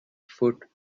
foot